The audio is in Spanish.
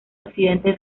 occidente